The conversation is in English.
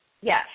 Yes